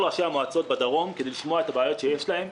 ראשי המועצות בדרום כדי לשמוע את הבעיות שיש להם,